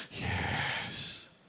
Yes